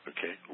Okay